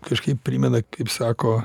kažkaip primena kaip sako